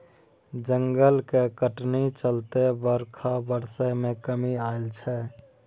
जंगलक कटनी चलते बरखा बरसय मे कमी आएल छै